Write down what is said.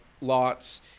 lots